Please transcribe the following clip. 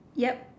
yup